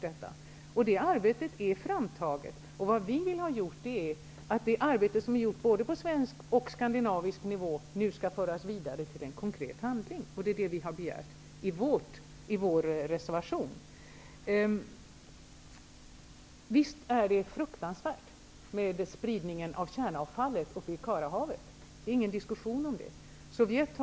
Detta arbete är framtaget. Vi vill att det arbete som har utförts både på svensk och på skandinavisk nivå nu skall föras vidare till konkret handling. Det har vi begärt i vår reservation. Visst är spridningen av kärnavfall i Karahavet fruktansvärd. Det råder ingen diskussion om den saken.